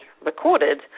recorded